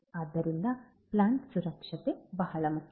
ಆದ್ದರಿಂದ ಪ್ಲಾಂಟ್ ಸುರಕ್ಷತೆ ಬಹಳ ಮುಖ್ಯ